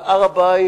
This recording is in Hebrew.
אבל הר-הבית,